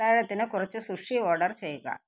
അത്താഴത്തിന് കുറച്ച് sushi order ചെയ്യുക